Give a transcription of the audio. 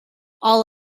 all